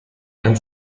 ein